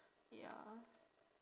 ya